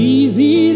easy